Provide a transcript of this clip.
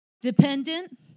Dependent